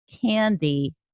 candy